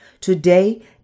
Today